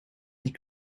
die